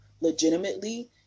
legitimately